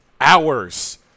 Hours